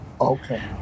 Okay